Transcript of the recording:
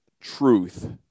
truth